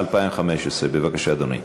התשע"ה 2015. בבקשה, אדוני.